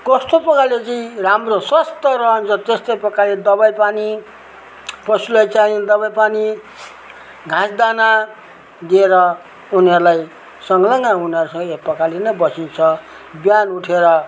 कस्तो प्रकारले चाहिँ राम्रो स्वास्थ्य रहन्छ त्यस्तै प्रकारले दबाई पानी पशुलाई चाहिने दबाई पानी घाँस दाना दिएर उनीहरूलाई सङ्लग्न हुन सै एक प्रकारले नै बसिन्छ बिहान उठेर